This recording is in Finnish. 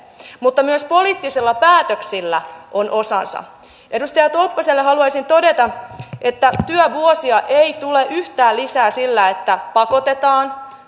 mutta myös poliittisilla päätöksillä on osansa edustaja tolppaselle haluaisin todeta että työvuosia ei tule yhtään lisää sillä että pakotetaan